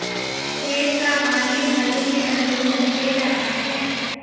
खेत का पानी ढालू के अनुरूप बहते जाता है